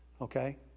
Okay